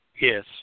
Yes